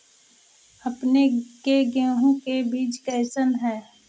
अपने के गेहूं के बीज कैसन है?